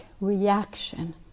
reaction